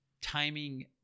timing